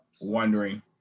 wondering